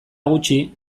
gutxi